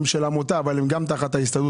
הן של עמותה אבל הן גם תחת ההסתדרות.